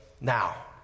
now